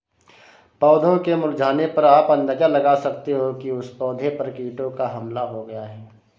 पौधों के मुरझाने पर आप अंदाजा लगा सकते हो कि उस पौधे पर कीटों का हमला हो गया है